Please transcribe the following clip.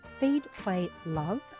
feedplaylove